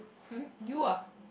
um you ah